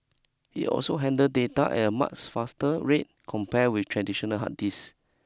it also handle data at a much faster rate compare with traditional hard disk